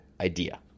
idea